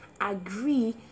Agree